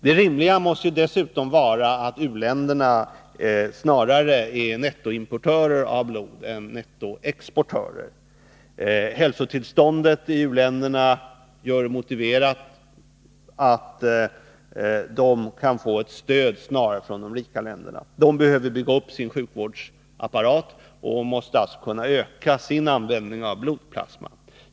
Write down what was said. Det rimliga måste dessutom vara att u-länderna snarare är nettoimportörer än nettoexportörer av blod. Hälsotillståndet i u-länderna gör det motiverat att de får ett stöd från de rika länderna. De behöver bygga upp sin sjukvårdsapparat och måste alltså kunna öka sin användning av blodplasma.